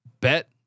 bet